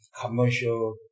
commercial